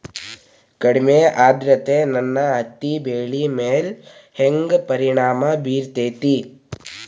ಕಡಮಿ ಆದ್ರತೆ ನನ್ನ ಹತ್ತಿ ಬೆಳಿ ಮ್ಯಾಲ್ ಹೆಂಗ್ ಪರಿಣಾಮ ಬಿರತೇತಿ?